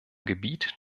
gebiet